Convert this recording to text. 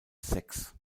sex